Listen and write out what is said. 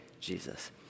Jesus